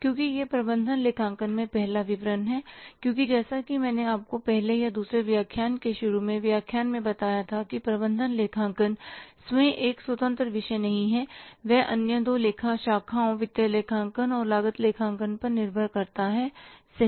क्योंकि यह प्रबंधन लेखांकन में पहला विवरण है क्योंकि जैसा कि मैंने आपको पहले या दूसरे व्याख्यान के शुरू में व्याख्यान में बताया था कि प्रबंधन लेखांकन स्वयं एक स्वतंत्र विषय नहीं है यह अन्य दो लेखा शाखाओं वित्तीय लेखांकन और लागत लेखांकन पर निर्भर करता है सही